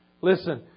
Listen